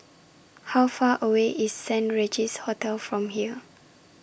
How Far away IS Saint Regis Hotel from here